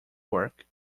work